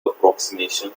approximation